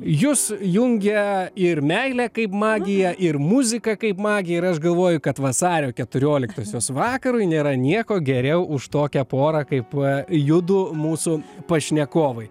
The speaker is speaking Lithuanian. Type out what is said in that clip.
jus jungia ir meilė kaip magija ir muzika kaip magija ir aš galvoju kad vasario keturioliktosios vakarui nėra nieko geriau už tokią porą kaip judu mūsų pašnekovai